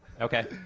Okay